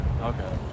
Okay